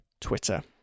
Twitter